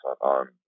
on